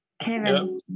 Kevin